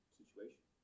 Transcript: situation